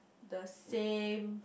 the same